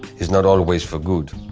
it's not always for good.